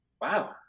wow